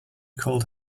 called